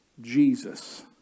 Jesus